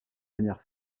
manière